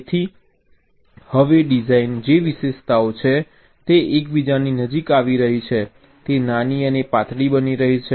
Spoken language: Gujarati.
તેથી હવે ડિઝાઇનમાં જે વિશેષતાઓ છે તે એકબીજાની નજીક આવી રહી છે તે નાની અને પાતળી બની રહી છે